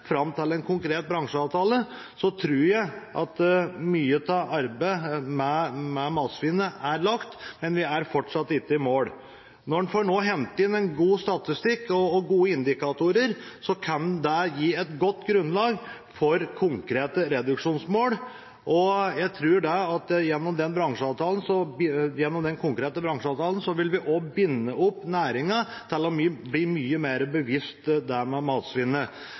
fram til en konkret bransjeavtale, tror jeg at mye av arbeidet med matsvinnet er lagt, men vi er fortsatt ikke i mål. Når man nå får hentet inn god statistikk og gode indikatorer, kan det gi et godt grunnlag for konkrete reduksjonsmål. Jeg tror at gjennom den konkrete bransjeavtalen vil vi også binde opp næringa til å bli mye mer bevisst